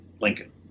Lincoln